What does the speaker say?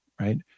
right